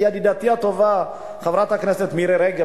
ידידתי הטובה חברת הכנסת מירי רגב,